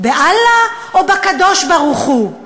באללה או בקדוש-ברוך-הוא?